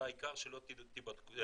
והעיקר שלא תידבקו